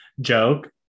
joke